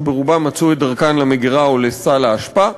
שרובן מצאו את דרכן למגירה או לסל האשפה,